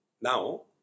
Now